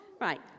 Right